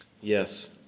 Yes